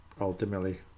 ultimately